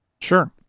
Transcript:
Sure